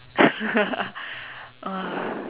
uh